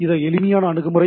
இந்த எளிமையான அணுகுமுறை